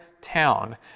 town